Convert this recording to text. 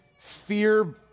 fear